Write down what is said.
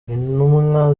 intumwa